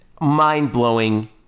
mind-blowing